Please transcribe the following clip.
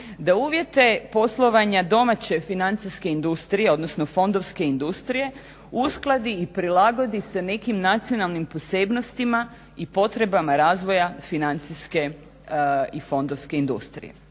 da uvjete poslovanja domaće financijske industrije, odnosno fondovske industrije uskladi i prilagodi se nekim nacionalnim posebnostima i potrebama razvoja financijske i fondovske industrije.